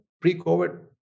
Pre-COVID